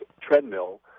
treadmill